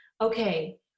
okay